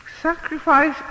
sacrifice